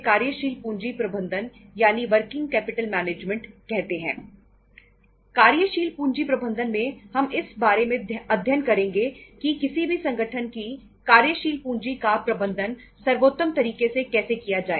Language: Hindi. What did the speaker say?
कार्यशील पूंजी प्रबंधन में हम इस बारे में अध्ययन करेंगे कि किसी भी संगठन की कार्यशील पूंजी का प्रबंधन सर्वोत्तम तरीके से कैसे किया जाए